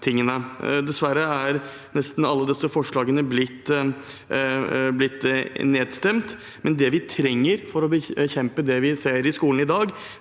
Dessverre er nesten alle disse forslagene blitt nedstemt. Det vi trenger for å bekjempe det vi ser i skolen i dag,